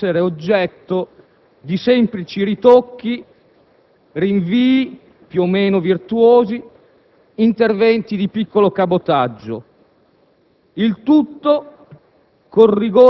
ma che invece continua ad essere oggetto di semplici ritocchi, rinvii più o meno virtuosi, interventi di piccolo cabotaggio,